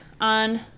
on